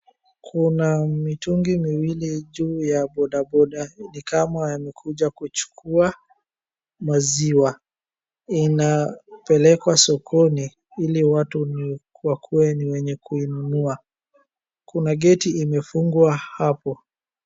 Kuna mitungi miwili juu ya boda boda ni kama yamekuja kuchukua maziwa, inapelekwa sokoni, ili watu wakue ni wenye kuinunua. Kuna geti imefungwa hapo.